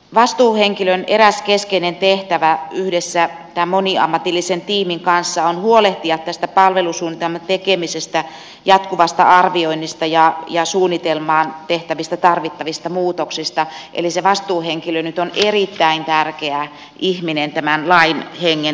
vastuuhenkilön eräs keskeinen tehtävä yhdessä tämän moniammatillisen tiimin kanssa on huolehtia tästä palvelusuunnitelman tekemisestä jatkuvasta arvioinnista ja suunnitelmaan tehtävistä tarvittavista muutoksista eli se vastuuhenkilö nyt on erittäin tärkeä ihminen tämän lain hengen toteuttamiseksi